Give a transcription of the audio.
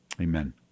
Amen